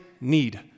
need